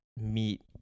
meet